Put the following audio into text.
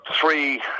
three